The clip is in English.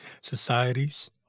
societies